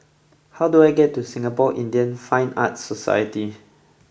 how do I get to Singapore Indian Fine Arts Society